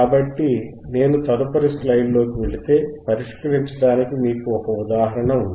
కాబట్టి నేను తదుపరి స్లైడ్లోకి వెళితే పరిష్కరించడానికి మీకు ఒక ఉదాహరణ ఉంది